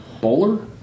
bowler